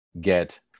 get